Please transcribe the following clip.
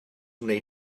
wnei